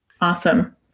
Awesome